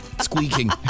squeaking